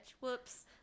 Whoops